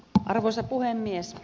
arvoisa puhemies